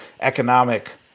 economic